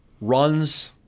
runs